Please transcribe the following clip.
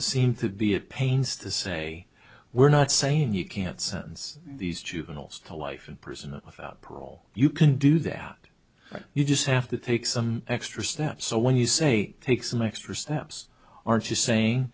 seemed to be at pains to say we're not saying you can't sentence these juveniles to life in prison without parole you can do that you just have to take some extra steps so when you say take some extra steps aren't you saying